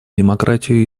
демократию